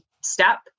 step